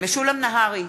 משולם נהרי,